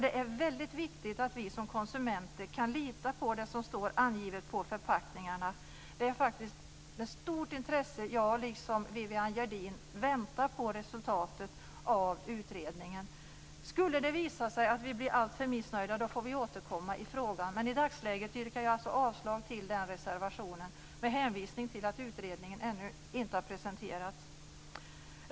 Det är väldigt viktigt att vi som konsumenter kan lita på det som står angivet på förpackningarna. Det är med stort intresse jag, liksom Om det skulle visa sig att vi blir alltför missnöjda får vi återkomma i frågan. Men i dagsläget yrkar jag avslag på reservationen med hänvisning till att utredningen ännu inte har presenterats.